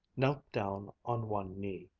knelt down on one knee,